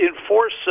enforce